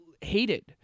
hated